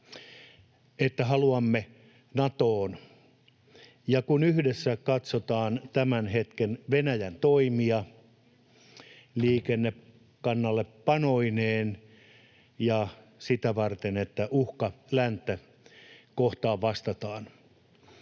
että haluamme Natoon, ja kun yhdessä katsotaan tämän hetken Venäjän toimia liikekannallepanoineen sitä varten, että lännen uhkaan vastataan,